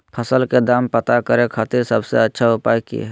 फसल के दाम पता करे खातिर सबसे अच्छा उपाय की हय?